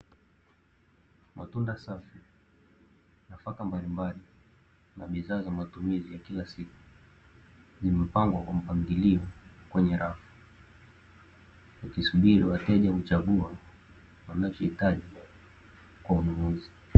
Matunda safi, nafaka mbalimbali na bidhaa za matumizi ya kila siku zimepangwa kwa mpangilio kwenye rafu, ikisubiri wateja kuchagua wanachohitaji kwa ununuzi.